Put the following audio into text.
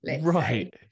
right